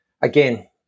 again